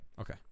okay